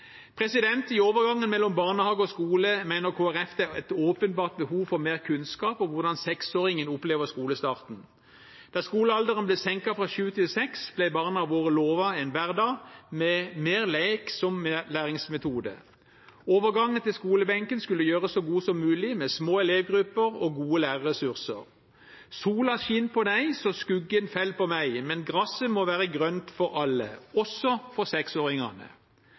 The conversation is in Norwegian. I overgangen mellom barnehage og skole mener Kristelig Folkeparti det er et åpenbart behov for mer kunnskap om hvordan seksåringer opplever skolestarten. Da skolealderen ble senket fra sju til seks, ble barna våre lovet en hverdag med mer lek som læringsmetode. Overgangen til skolebenken skulle gjøres så god som mulig, med små elevgrupper og gode lærerressurser. «Sola skin på deg, så skuggen fell på meg, men graset» må være «grønt for æille», også for seksåringene.